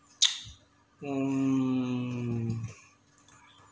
um